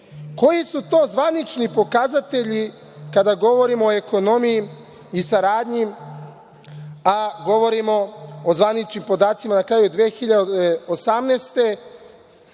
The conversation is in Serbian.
su to zvanični pokazatelji kada govorimo o ekonomiji i saradnji, a govorimo o zvaničnim podacima na kraju 2018.